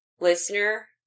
Listener